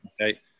Okay